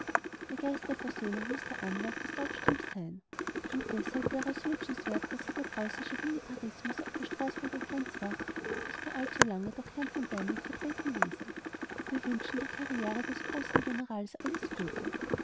der geist der versöhnung muß der anwalt des deutschtums sein und deshalb wäre es wünschenswert daß sich der preußische militarismus auf der straßburger grenzwacht nicht mehr allzu lange durch herrn v deimling vertreten ließe wir wünschen der karriere des grrroßen generals alles gute